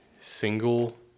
single